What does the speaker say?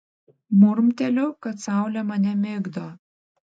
murmteliu kad saulė mane migdo